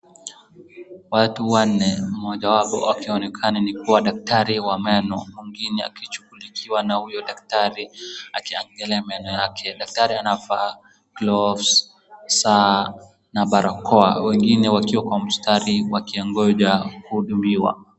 Watu wanne mmoja wao akionekana ni kuwa daktari wa meno. Mwingine akishughulikiwa na huyo daktari akiangalia meno yake. Daktari anavaa gloves ,saa na barakoa. Wengine wakiwa kwa mstari wakiongoja kuhudumiwa.